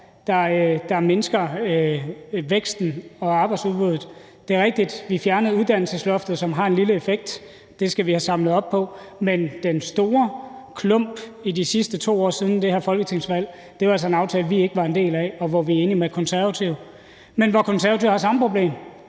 der mindsker væksten og arbejdsudbuddet. Det er rigtigt, at vi fjernede uddannelsesloftet, hvilket har en lille effekt. Det skal vi have samlet op på. Men den store klump i de sidste to år siden det her folketingsvalg var altså en aftale, vi ikke var en del af, og hvor vi er enige med Konservative. Men Konservative har samme problem,